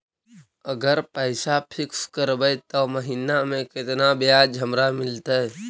अगर पैसा फिक्स करबै त महिना मे केतना ब्याज हमरा मिलतै?